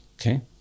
Okay